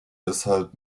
deshalb